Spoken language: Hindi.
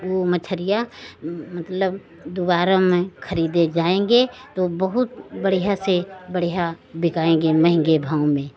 वह मछलियाँ मतलब दुबारा में खरीदे जाएँगे तो बहुत बढ़िया से बढ़िया बिकाऍंगी महँगी भाव में